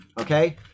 Okay